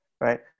Right